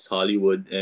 Hollywood